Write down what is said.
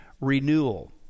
renewal